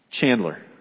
Chandler